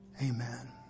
Amen